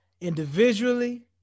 individually